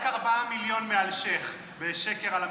רק 4 מיליון מאלשיך ושקר על המשטרה,